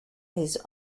his